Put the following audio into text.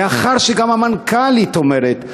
לאחר שגם המנכ"לית אומרת: